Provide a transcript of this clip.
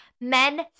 Men